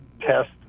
test